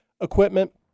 equipment